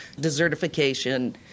desertification